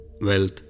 wealth